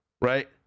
right